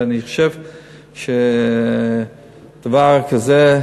ואני חושב שדבר כזה,